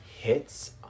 Hits